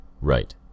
Right